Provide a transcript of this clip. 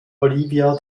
olivia